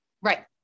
Right